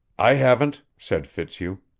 i haven't, said fitzhugh,